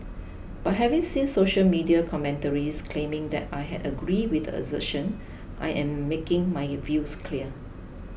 but having seen social media commentaries claiming that I had agreed with the assertion I am making my views clear